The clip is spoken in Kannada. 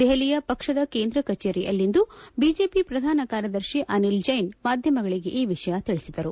ದೆಹಲಿಯ ಪಕ್ಷದ ಕೇಂದ್ರ ಕಚೇರಿಯಲ್ಲಿಂದು ಬಿಜೆಪಿ ಪ್ರಧಾನ ಕಾರ್ಯದರ್ಶಿ ಅನಿಲ್ ಜೈನ್ ಮಾಧ್ಯಮಗಳಗೆ ಈ ವಿಷಯ ತಿಳಿಬಿದರು